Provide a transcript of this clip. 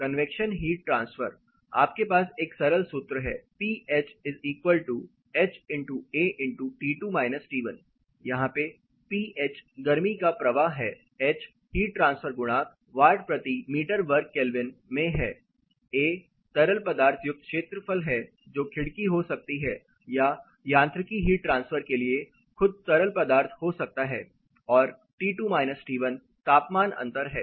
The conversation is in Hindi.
कन्वैक्शन हीट ट्रांसफर आपके पास एक सरल सूत्र है Phh×A× यहाँ पे Ph गर्मी का प्रवाह h हीट ट्रांसफर गुणांक W m2K A तरल पदार्थ युक्त क्षेत्रफल है जो खिड़की हो सकती है या यांत्रिकी हीट ट्रांसफर के लिए खुद तरल पदार्थ हो सकता है और T2 T1 तापमान अंतर है